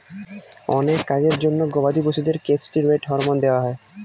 অনেক কাজের জন্য গবাদি পশুদের কেষ্টিরৈড হরমোন দেওয়া হয়